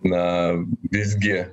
na visgi